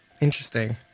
Interesting